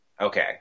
Okay